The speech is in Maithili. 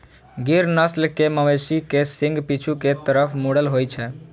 गिर नस्ल के मवेशी के सींग पीछू के तरफ मुड़ल होइ छै